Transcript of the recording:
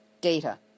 data